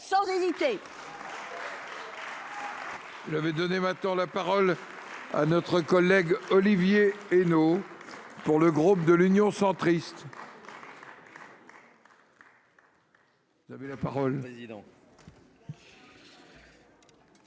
sans hésiter. Il avait donné maintenant la parole à notre collègue Olivier Henno. Pour le groupe de l'Union centriste. Vous avez la parole.